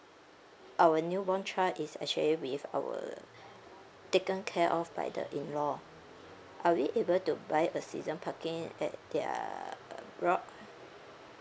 our newborn child is actually with our taken care of by the in law are we able to buy a season parking at their block